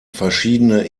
verschiedene